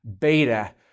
beta